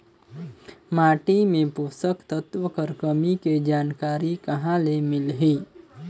माटी मे पोषक तत्व कर कमी के जानकारी कहां ले मिलही?